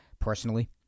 Personally